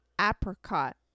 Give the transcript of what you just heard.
apricot